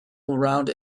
around